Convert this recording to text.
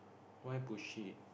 why bullshit